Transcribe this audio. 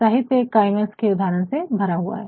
साहित्य काइमस के उदाहरण से भरा हुआ है